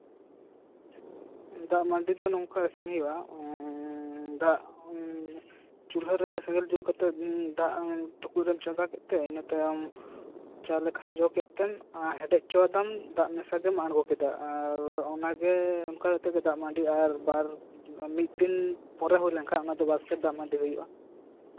ᱫᱟᱜᱢᱟᱹᱰᱤ ᱫᱚ ᱱᱚᱝᱠᱟ ᱤᱥᱤᱱ ᱦᱩᱭᱩᱜᱼᱟ ᱫᱟᱜ ᱪᱩᱞᱦᱟᱹᱨᱮ ᱥᱮᱸᱜᱮᱞ ᱡᱩᱞ ᱠᱟᱛᱮᱜ ᱫᱟᱜ ᱴᱩᱠᱩᱪ ᱮᱢ ᱪᱚᱱᱫᱟ ᱠᱮᱜ ᱛᱮ ᱤᱱᱟᱹ ᱛᱟᱭᱚᱢ ᱪᱟᱣᱞᱮ ᱠᱷᱟᱡᱚ ᱠᱮᱜ ᱛᱮᱢ ᱫᱟᱜ ᱢᱮᱥᱟ ᱜᱮᱢ ᱟᱬᱜᱚ ᱠᱮᱫᱟ ᱟᱨ ᱚᱱᱠᱟ ᱠᱟᱛᱮᱜ ᱜᱮ ᱫᱟᱜᱢᱟᱹᱰᱤ ᱵᱟᱨ ᱢᱤᱫ ᱫᱤᱱ ᱯᱚᱨᱮ ᱫᱚ ᱵᱟᱥᱠᱮ ᱫᱟᱜᱢᱟᱹᱰᱤ ᱦᱩᱭᱩᱜᱼᱟ